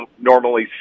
normally